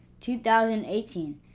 2018